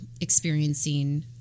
experiencing